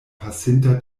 pasinta